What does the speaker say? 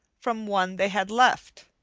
from one they had left.